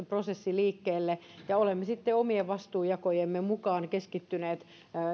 prosessi liikkeelle ja olemme sitten omien vastuunjakojemme mukaan keskittyneet